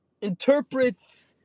interprets